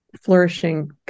flourishing